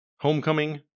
Homecoming